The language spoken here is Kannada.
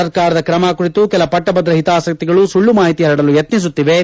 ಸರ್ಕಾರದ ಕ್ರಮ ಕುರಿತು ಕೆಲಪಟ್ಟದ್ದ ಹಿತಾಸಕ್ತಿಗಳು ಸುಳ್ಳು ಮಾಹಿತಿ ಪರಡಲು ಯತ್ನಿಸುತ್ತಿವೆ